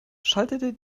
schaltete